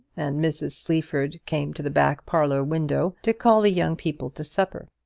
and mrs. sleaford came to the back-parlour window to call the young people to supper.